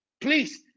please